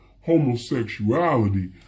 homosexuality